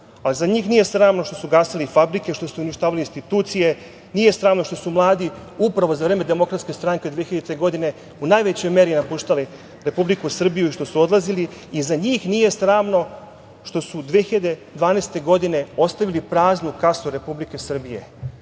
ali za njih nije sramno što su gasili fabrike, što su uništavali institucije. Nije sramno što su mladi, upravo za vreme DS, od 2000. godine, u najvećoj meri napuštali Republiku Srbiju i što su odlazili i za njih nije sramno što su 2012. godine ostavili praznu kasu Republike Srbije.